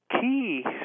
key